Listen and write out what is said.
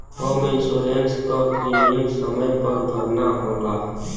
home insurance क premium समय पर भरना होला